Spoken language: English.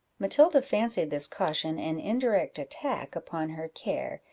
matilda fancied this caution an indirect attack upon her care,